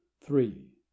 three